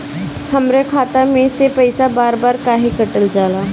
हमरा खाता में से पइसा बार बार काहे कट जाला?